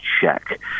check